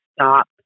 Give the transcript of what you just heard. stop